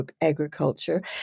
agriculture